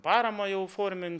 paramą jau formint